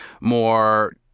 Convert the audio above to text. more